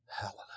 Hallelujah